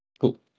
cool